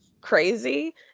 crazy